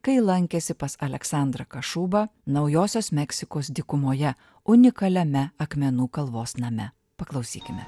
kai lankėsi pas aleksandrą kašubą naujosios meksikos dykumoje unikaliame akmenų kalvos name paklausykime